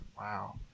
wow